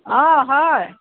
অঁ হয়